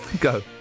Go